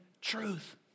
truth